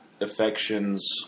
affections